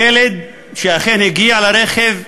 ילד שאכן הגיע לרכב,